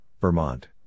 Vermont